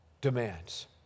demands